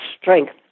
strength